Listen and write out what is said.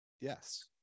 Yes